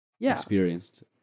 experienced